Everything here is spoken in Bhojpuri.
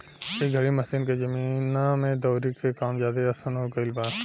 एह घरी मशीन के जमाना में दउरी के काम ज्यादे आसन हो गईल बा